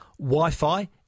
Wi-Fi